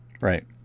right